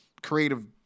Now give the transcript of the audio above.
creative